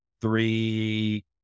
three